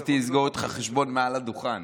רציתי לסגור איתך חשבון מעל הדוכן.